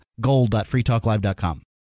gold.freetalklive.com